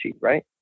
right